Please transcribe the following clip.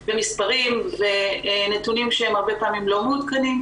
ומספרים ונתונים שהם הרבה פעמים לא מעודכנים.